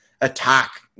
attack